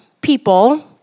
people